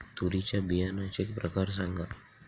तूरीच्या बियाण्याचे प्रकार सांगा